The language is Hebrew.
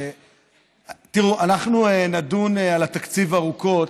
אנחנו נדון על התקציב ארוכות,